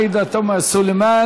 עאידה תומא סלימאן,